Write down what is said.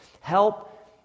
Help